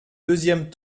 deuxièmes